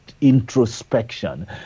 introspection